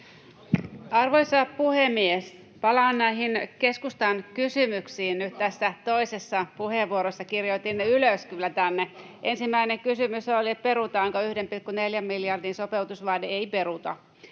Arvoisa puhemies! Palaan näihin keskustan kysymyksiin nyt tässä toisessa puheenvuorossa. Kirjoitin ne kyllä ylös tänne. Ensimmäinen kysymys oli, että perutaanko 1,4 miljardin sopeutusvaade. — Ei peruta.